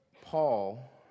Paul